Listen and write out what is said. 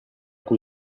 cui